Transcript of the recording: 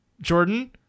Jordan